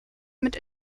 mit